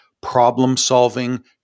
problem-solving